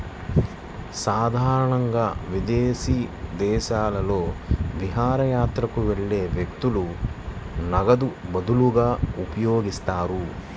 సాధారణంగా విదేశీ దేశాలలో విహారయాత్రకు వెళ్లే వ్యక్తులు నగదుకు బదులుగా ఉపయోగిస్తారు